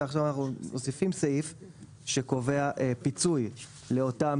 ועכשיו אנחנו מוסיפים סעיף שקובע פיצוי לאותם